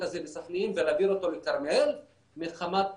הזה בסכנין ולהעביר אותו לכרמיאל מחמת